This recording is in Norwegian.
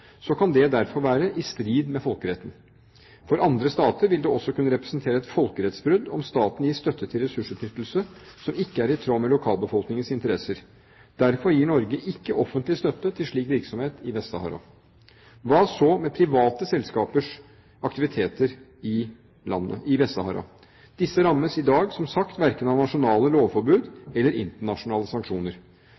kan det derfor være i strid med folkeretten. For andre stater vil det også kunne representere et folkerettsbrudd om staten gir støtte til ressursutnyttelse som ikke er i tråd med lokalbefolkningens interesser. Derfor gir Norge ikke offentlig støtte til slik virksomhet i Vest-Sahara. Hva så med private selskapers aktiviteter i Vest-Sahara? Disse rammes i dag, som sagt, verken av nasjonale lovforbud